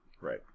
Right